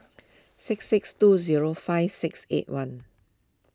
six six two zero five six eight one